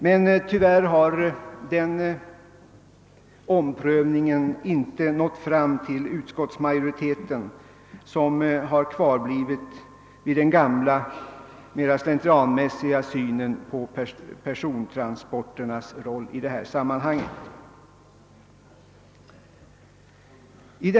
Men tyvärr har den omprövningen inte nått fram till utskottsmajoriteten som har stannat kvar i den gamla, mer slentrianmässiga synen på persontransporternas roll i detta sammanhang.